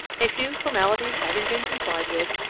a few formalities having been complied with,